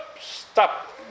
Stop